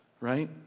right